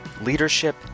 leadership